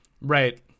Right